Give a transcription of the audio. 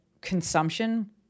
consumption